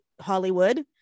Hollywood